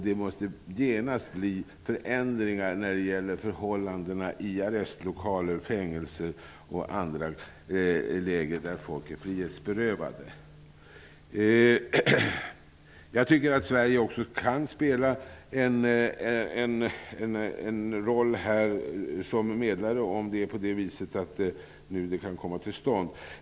Det måste genast ske förändringar när det gäller förhållandena i arrestlokaler, fängelser och läger där folk är frihetsberövade. Jag tycker att Sverige kan spela rollen som medlare, om det kan komma till stånd.